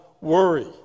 worry